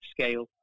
scale